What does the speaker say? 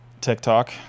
tiktok